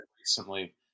recently